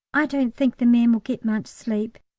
i don't think the men will get much sleep,